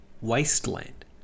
wasteland